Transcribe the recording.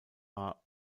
are